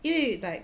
因为 like